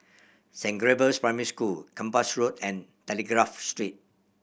Saint Gabriel's Primary School Kempas Road and Telegraph Street